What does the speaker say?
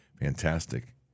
Fantastic